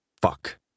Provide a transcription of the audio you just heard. Fuck